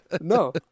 No